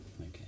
okay